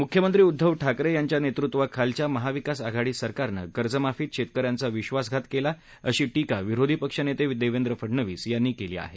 मुख्यमंत्री उदधव ठाकरे यांच्या नेतृत्वाखालच्या महाविकास आघाडी सरकारनं कर्जमाफीत शेतकऱ्यांचा विश्वासघात केला आहे अशी टीका विरोधी पक्षनेते देवेंद्र फडनवीस यांनी केली आहे